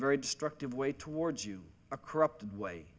very destructive way towards you a corrupted way